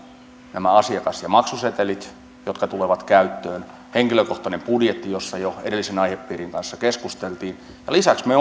nämä asiakas ja maksusetelit jotka tulevat käyttöön ja henkilökohtainen budjetti josta jo edellisen aihepiirin kanssa keskusteltiin lisäksi me